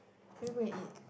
can we go and eat